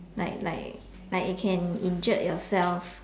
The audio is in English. like like like it can injured yourself